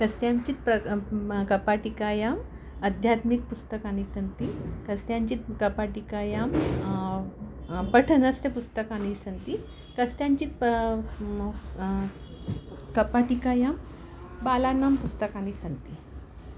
कस्याञ्चित् प्र म कपाटिकायाम् आध्यात्मिकपुस्तकानि सन्ति कस्याञ्चित् कपाटिकायां पठनस्य पुस्तकानि सन्ति कस्याञ्चित् म कपाटिकायां बालानां पुस्तकानि सन्ति